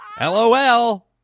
LOL